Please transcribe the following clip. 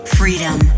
freedom